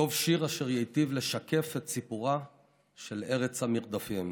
כתוב שיר אשר ייטיב לשקף את סיפורה של ארץ המרדפים.